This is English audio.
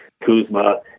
Kuzma